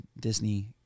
Disney